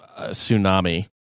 tsunami